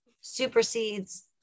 supersedes